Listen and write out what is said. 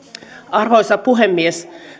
arvoisa puhemies